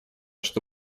что